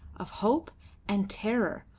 of hope and terror,